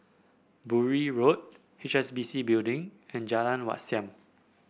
Bury Road H S B C Building and Jalan Wat Siam